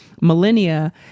millennia